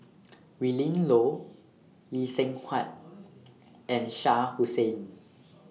Willin Low Lee Seng Huat and Shah Hussain